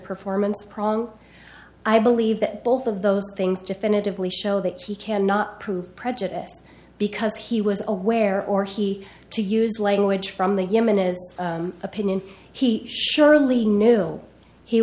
performance problem i believe that both of those things definitively show that he cannot prove prejudice because he was aware or he to use language from the human is opinion he surely knew he